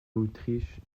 autriche